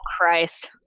Christ